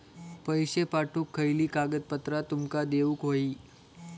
पैशे पाठवुक खयली कागदपत्रा तुमका देऊक व्हयी?